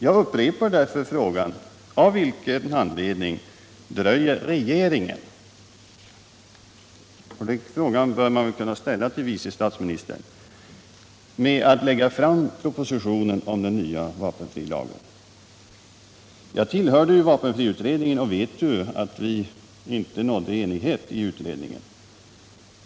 Jag upprepar därför frågan: Av vilken anledning dröjer regeringen — den frågan bör man väl kunna ställa till vice statsministern — med att lägga fram propositionen om den nya vapenfrilagen? Jag tillhörde ju vapenfriutredningen och vet att vi inte nådde enighet i utredningen.